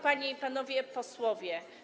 Panie i Panowie Posłowie!